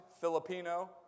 Filipino